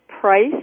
Price